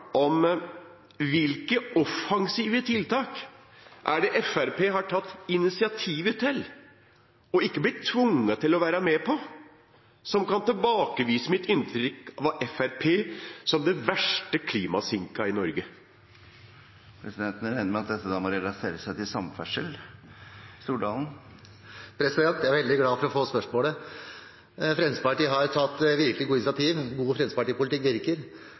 om følgende: Hvilke offensive tiltak har Fremskrittspartiet tatt initiativ til – og ikke blitt tvunget til å være med på – som kan tilbakevise mitt inntrykk av Fremskrittspartiet som den verste klimasinken i Norge? Presidenten regner med at dette må relatere seg til samferdsel. Jeg er veldig glad for å få spørsmålet. Fremskrittspartiet har tatt virkelig gode initiativ. God Fremskrittsparti-politikk virker.